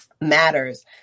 matters